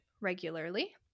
regularly